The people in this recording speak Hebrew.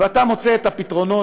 ואתה מוצא פתרונות